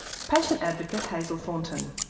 patient advocate hazel thornton.